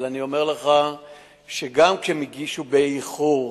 אבל אני אומר לך שגם כשהם הגישו באיחור,